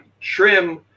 trim